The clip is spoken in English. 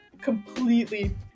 completely